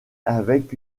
avec